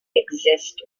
exist